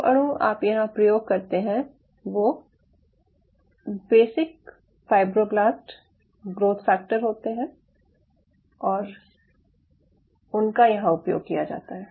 जो अणु आप यहाँ प्रयोग करते हैं वो बेसिक फाईब्रोब्लास्ट ग्रोथ फैक्टर होते हैं और उनका यहाँ उपयोग किया जाता है